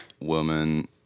woman